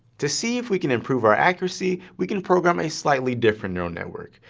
to see if we can improve our accuracy, we can program a slightly different neural network.